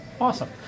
Awesome